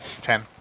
Ten